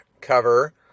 cover